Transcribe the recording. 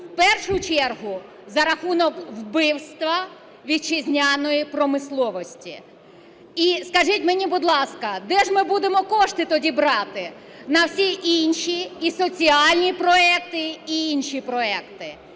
В першу чергу за рахунок вбивства вітчизняної промисловості. І, скажіть мені, будь ласка, де ж ми будемо кошти тоді брати на всі інші і соціальні проекти, і інші проекти?